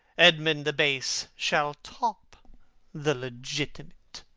edmund the base shall top the legitimate.